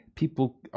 people